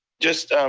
just,